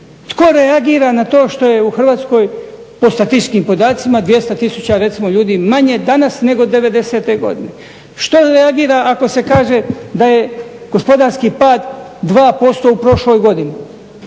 Tko reagira na to što je u Hrvatskoj po statističkim podacima 200 000 recimo ljudi manje danas nego '90. godine? Što reagira ako se kaže da je gospodarski pad 2% u prošloj godini